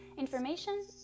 information